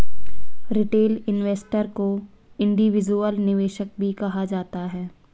retail investor को individual निवेशक भी कहा जाता है